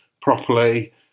properly